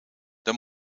dan